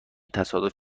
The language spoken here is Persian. تصادف